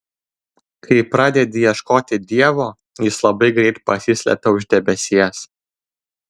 kai pradedi ieškoti dievo jis labai greit pasislepia už debesies